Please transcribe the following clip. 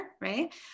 right